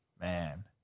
man